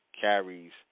carries